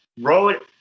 wrote